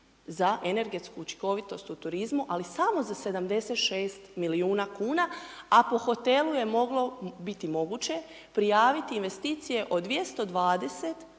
za energetsku učinkovitost u turizmu ali samo za 76 milijuna kuna a po hotelu je moglo biti moguće prijaviti investicije od 220